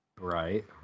Right